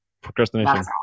Procrastination